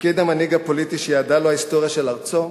תפקיד המנהיג הפוליטי שייעדה לו ההיסטוריה של ארצו,